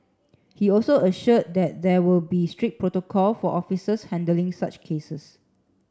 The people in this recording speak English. he also assured that there will be strict protocol for officers handling such cases